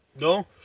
No